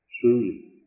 truly